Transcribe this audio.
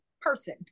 person